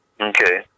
okay